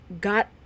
got